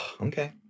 Okay